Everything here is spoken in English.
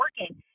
working